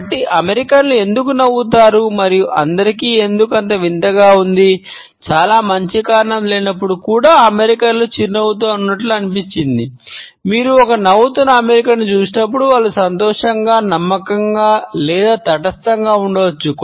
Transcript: కాబట్టి అమెరికన్లు చూసినప్పుడు వారు సంతోషంగా నమ్మకంగా లేదా తటస్థంగా ఉండవచ్చు